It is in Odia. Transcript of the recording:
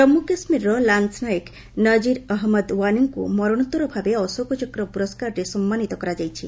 ଜନ୍ମ କାଶୁୀରର ଲାନ୍ସ ନାଏକ ନଜିର ଅହମ୍ମଦ ୱାନିଙ୍କ ମରଣୋତ୍ତର ଭାବେ ଅଶୋକ ଚକ୍ର ପ୍ରରସ୍କାରରେ ସମ୍ମାନିତ କରାଯାଇଛି